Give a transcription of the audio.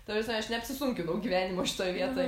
ta prasme aš neapsisunkinau gyvenimo šitoj vietoj